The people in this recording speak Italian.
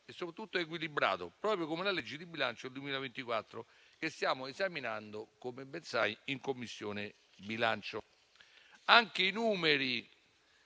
e soprattutto equilibrato, proprio come la legge di bilancio 2024 che stiamo esaminando in Commissione bilancio. Anche i numeri